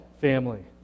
family